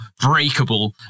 breakable